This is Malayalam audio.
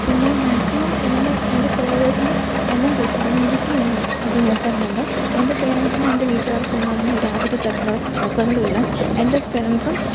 പിന്നെയും മാക്സിമം എന്നെ എൻ്റെ ഫോള്ളോവെഴ്സിനെ എണ്ണം കൂട്ടാൻ വേണ്ടിയിട്ടും ഞാൻ വി അത് നോക്കാറുണ്ട് എൻ്റെ പേരെന്റ്സിനും എൻ്റെ വീട്ടുകാർക്കും ഒന്നും അതിനിനി യാതൊരു തരത്തിലുള്ള തടസ്സങ്ങളുമില്ല എൻ്റെ പേരന്റ്സും